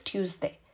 Tuesday